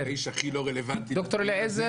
ממד"א?